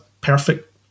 perfect